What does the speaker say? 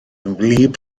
wlyb